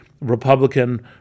Republican